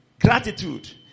gratitude